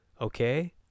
Okay